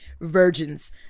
Virgins